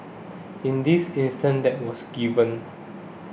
in this instance that was given